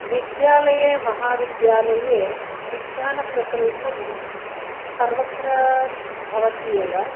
विद्यालये महाविद्यालये विज्ञानप्रकल्पः सर्वत्र भवति एव